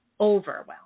overwhelmed